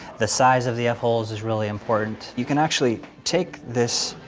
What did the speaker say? the size of the f-holes is really important. you can actually take this,